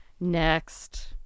next